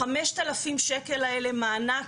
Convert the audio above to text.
ה- 5,000 ש"ח האלה, מענק,